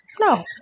no